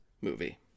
movie